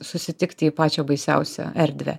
susitikti į pačią baisiausią erdvę